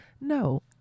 No